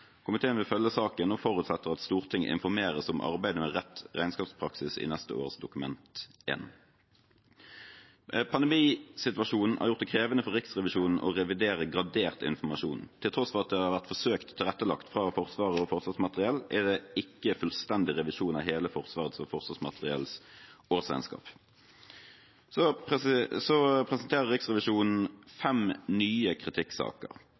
Komiteen vil følge saken og forutsetter at Stortinget informeres om arbeidet med rett regnskapspraksis i neste års Dokument 1. Pandemisituasjonen har gjort det krevende for Riksrevisjonen å revidere gradert informasjon. Til tross for at det har vært forsøkt tilrettelagt fra Forsvaret og Forsvarsmateriell, er det ikke en fullstendig revisjon av hele Forsvarets og Forsvarsmateriells årsregnskap. Så presenterer Riksrevisjonen fem nye kritikksaker.